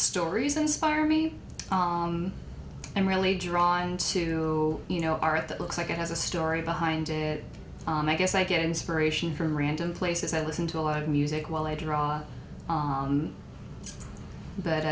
stories inspire me and really drawn to you know aren't that looks like it has a story behind it and i guess i get inspiration from random places i listen to a lot of music while i draw